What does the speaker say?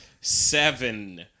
seven